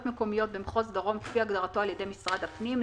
מקומיות במחוז דרום לפי הגדרתו על-ידי משרד הפנים,